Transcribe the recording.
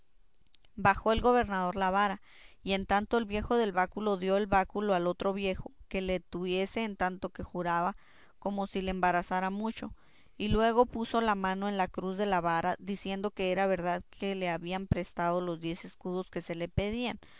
bajó el gobernador la vara y en tanto el viejo del báculo dio el báculo al otro viejo que se le tuviese en tanto que juraba como si le embarazara mucho y luego puso la mano en la cruz de la vara diciendo que era verdad que se le habían prestado aquellos diez escudos que se le pedían